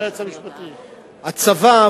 הצבא,